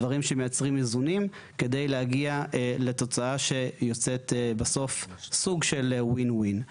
דברים שמייצרים איזונים כדי להגיע לתוצאה שיוצאת בסוף סוג של win-win.